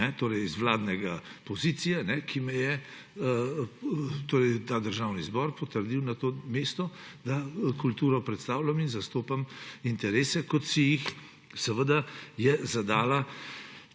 torej z vladne pozicije, ta državni zbor me je potrdil na to mesto, da kulturo predstavljam in zastopam interese, kot si jih je zadala